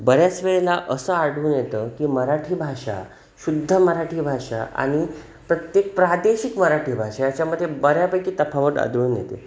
बऱ्याचवेळेला असं आढळून येतं की मराठी भाषा शुद्ध मराठी भाषा आणि प्रत्येक प्रादेशिक मराठी भाषा याच्यामध्ये बऱ्यापैकी तफावत आढळून येते